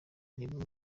nibo